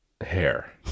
Hair